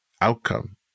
outcome